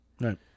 Right